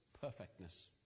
perfectness